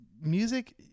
music